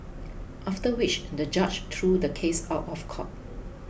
after which the judge threw the case out of court